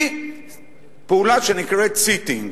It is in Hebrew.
היא פעולה שנקראת Sitting.